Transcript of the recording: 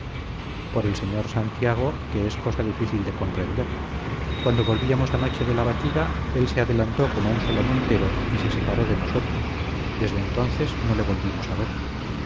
por el señor santiago que es cosa difícil de comprender cuando volvíamos anoche de la batida él se adelantó con un solo montero y se separó de nosotros desde entonces no le volvimos a ver